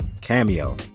cameo